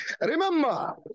Remember